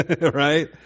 right